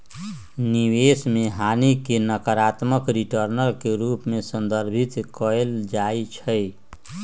निवेश में हानि के नकारात्मक रिटर्न के रूप में संदर्भित कएल जाइ छइ